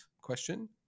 Question